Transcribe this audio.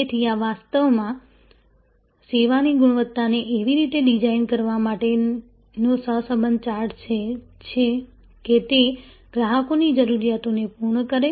તેથી આ વાસ્તવમાં સેવાની ગુણવત્તાને એવી રીતે ડિઝાઇન કરવા માટેનો સહસંબંધ ચાર્ટ છે કે તે ગ્રાહકોની જરૂરિયાતોને પૂર્ણ કરે